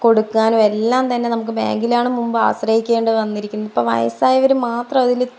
കൊടുക്കാനും എല്ലാം തന്നെ നമുക്ക് ബാങ്കിലാണ് മുമ്പ് ആശ്രയിക്കേണ്ടി വന്നിരിക്കുന്നത് ഇപ്പോൾ വയസ്സായവർ മാത്രം അതിൽ